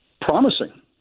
Promising